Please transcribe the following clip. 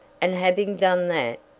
and having done that,